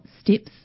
steps